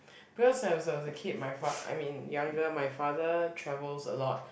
because as I was a kid my fa~ I mean younger my father travels a lot